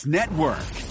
Network